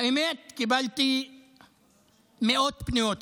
האמת, קיבלתי מאות פניות כאלה.